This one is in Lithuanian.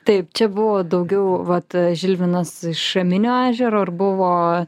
taip čia buvo daugiau vat žilvinas iš šaminio ežero ir buvo